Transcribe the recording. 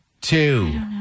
two